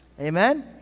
Amen